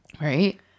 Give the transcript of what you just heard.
Right